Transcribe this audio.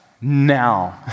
now